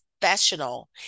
professional